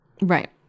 Right